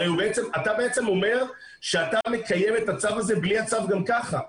אתה בעצם אומר שאתה מקיים את הצו הזה בלי הצו גם ככה,